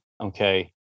okay